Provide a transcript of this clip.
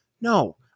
No